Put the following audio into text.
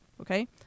Okay